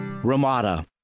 Ramada